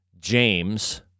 James